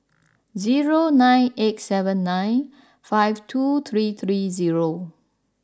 zero nine eight seven nine five two three three zero